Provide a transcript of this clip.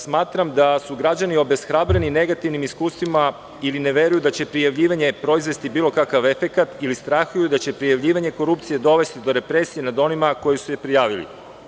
Smatram da su građani obeshrabreni negativnim iskustvima i ne veruju da će prijavljivanjem proizvesti bilo kakav efekat ili strahuju da će prijavljivanje korupcije dovesti do represije nad onima koji su je prijavili.